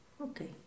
Okay